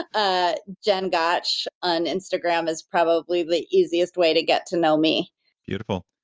ah jen gotch on instagram is probably the easiest way to get to know me beautiful.